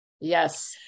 Yes